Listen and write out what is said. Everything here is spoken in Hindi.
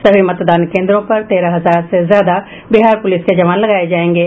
सभी मतदान केन्द्रों पर तेरह हजार से ज्यादा बिहार पुलिस के जवान लगाये जायेंगे